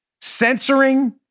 censoring